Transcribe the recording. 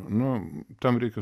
nu tam reikia